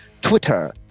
Twitter